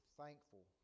thankful